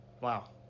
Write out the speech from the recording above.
wow